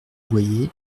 boyer